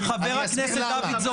--- סליחה, לא, לא, חבר הכנסת דוידסון.